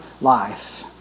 life